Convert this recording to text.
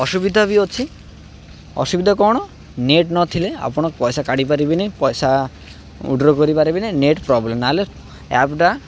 ଅସୁବିଧା ବି ଅଛି ଅସୁବିଧା କ'ଣ ନେଟ୍ ନଥିଲେ ଆପଣ ପଇସା କାଢ଼ି ପାରିବେନି ପଇସା ଉଇଡ଼୍ରୋ କରିପାରିବେନି ନେଟ୍ ପ୍ରୋବ୍ଲେମ୍ ନହେଲେ ଆପ୍ଟା